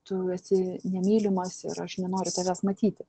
tu esi nemylimas ir aš nenoriu tavęs matyti